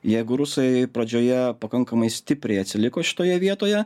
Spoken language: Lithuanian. jeigu rusai pradžioje pakankamai stipriai atsiliko šitoje vietoje